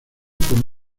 como